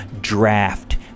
draft